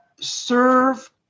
serve